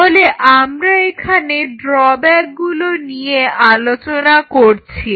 তাহলে আমরা এখানে ড্রব্যাকগুলো নিয়ে আলোচনা করছি